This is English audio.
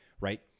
Right